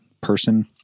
person